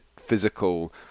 physical